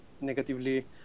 negatively